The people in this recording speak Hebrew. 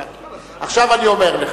עכשיו אני אומר לך: